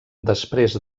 després